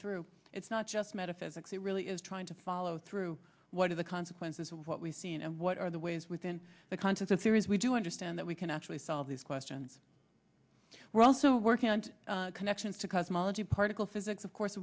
through it's not just metaphysics it really is trying to follow through what are the consequences of what we see and what are the ways within the confines of theories we do understand that we can actually solve these questions we're also working on connections to cosmology particle physics of course